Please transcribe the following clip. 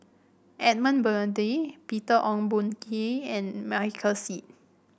Edmund Blundell Peter Ong Boon Kwee and Michael Seet